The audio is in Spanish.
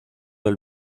del